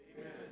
Amen